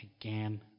again